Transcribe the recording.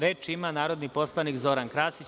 Reč ima narodni poslanik Zoran Krasić.